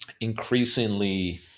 Increasingly